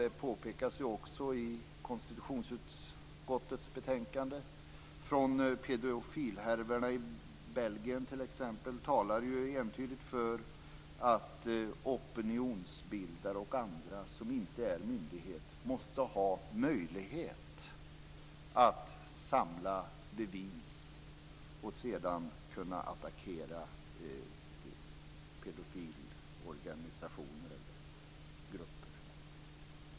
Det påpekas också i konstitutionsutskottets betänkande att erfarenheterna från t.ex. pedofilhärvorna i Belgien entydigt talar för att opinionsbildare och andra, som inte är myndigheter, måste ha möjlighet att samla bevis och sedan kunna attackera pedofilgrupper.